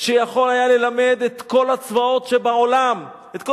שיכול היה ללמד את כל הצבאות שבעולם את כל